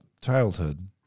childhood